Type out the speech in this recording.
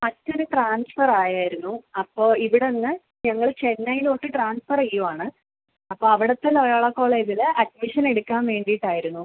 അച്ഛന് ട്രാൻസ്ഫർ ആയിരുന്നു അപ്പോൾ ഇവിടന്ന് ഞങ്ങള് ചെന്നൈയിലോട്ട് ട്രാൻസ്ഫർ ചെയ്യുകയാണ് അപ്പം അവിടുത്തെ ലയോളക്കോളേജില് അഡ്മിഷന് എടുക്കാൻ വേണ്ടിയിട്ടായിരുന്നു